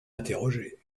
interroger